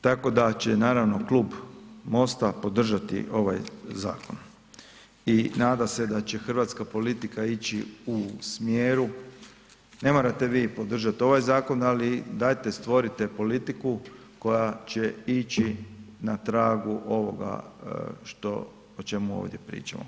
Tako da će naravno Klub MOST-a podržati ovaj zakon i nada se da će hrvatska politika ići u smjeru, ne morate vi podržati ovaj zakon, ali dajte stvorite politiku koja će ići na tragu ovoga što, o čemu ovdje pričamo.